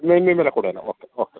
നെയ്മീന് കൂടെ കൂടെ okay okay